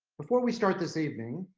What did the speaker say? before we start this evening,